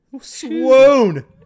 Swoon